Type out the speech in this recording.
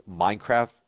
Minecraft